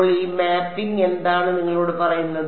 അപ്പോൾ ഈ മാപ്പിംഗ് എന്താണ് നിങ്ങളോട് പറയുന്നത്